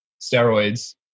steroids